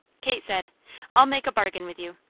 kate said i'll make a bargain with you.